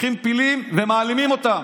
לוקחים פילים ומעלימים אותם.